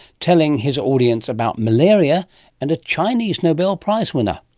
telling his audience about malaria and a chinese nobel prize winner.